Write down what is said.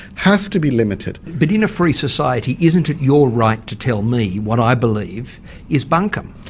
has to be limited. but in a free society isn't it your right to tell me what i believe is bunkum?